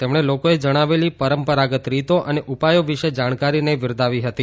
તેમણે લોકોએ જણાવેલી પરંપરાગત રીતો અને ઉપાયો વિશે જાણકારીને બિરદાવી હતી